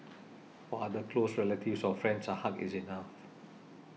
for other close relatives or friends a hug is enough